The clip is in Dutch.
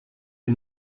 een